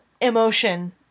emotion